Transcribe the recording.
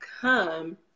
come